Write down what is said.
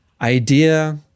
idea